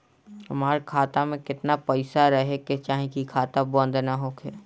हमार खाता मे केतना पैसा रहे के चाहीं की खाता बंद ना होखे?